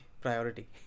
priority